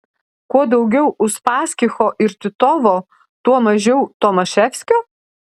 kuo daugiau uspaskicho ir titovo tuo mažiau tomaševskio